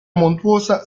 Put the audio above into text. montuosa